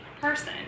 person